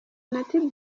natty